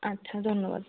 আচ্ছা ধন্যবাদ